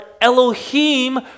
Elohim